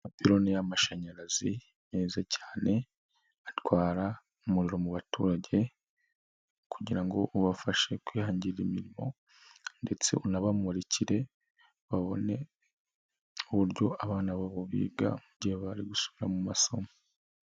Amapiloni y' amashanyarazi meza cyane atwara umuriro mu baturage kugira ngo ubafashe kwihangira imirimo ndetse unabamurikire babone uburyo abana babo biga mu gihe bari gusubira mu masomo.